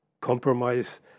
compromise